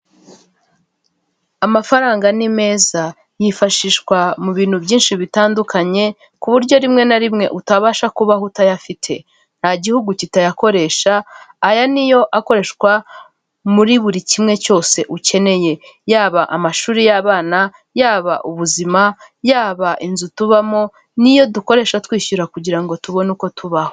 Amafaranga ni meza yifashishwa mu bintu byinshi bitandukanye kuburyo rimwe na rimwe utabasha kubaho utayafite, nta gihugu kitayakoresha, aya ni yo akoreshwa muri buri kimwe cyose ukeneye, yaba amashuri y'abana, yaba ubuzima, yaba inzu tubamo n'iyo dukoresha twishyura kugira ngo tubone uko tubaho.